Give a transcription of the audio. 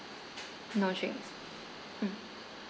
no drinks mm